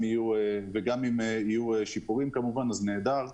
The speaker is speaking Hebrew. ואם המצב ישתפר אז כמובן שזה נהדר.